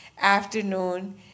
afternoon